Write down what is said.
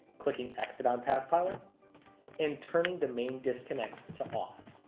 clicking exit on pathpilot and turning the main disconnect to off.